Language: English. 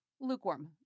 lukewarm